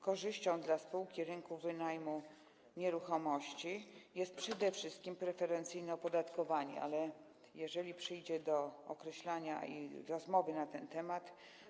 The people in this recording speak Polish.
Korzyścią dla spółki rynku wynajmu nieruchomości jest przede wszystkim preferencyjne opodatkowanie, ale jeżeli dojdzie do określania i rozmowy na ten temat.